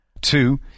Two